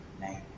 name